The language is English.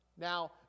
Now